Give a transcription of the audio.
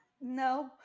No